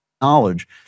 Knowledge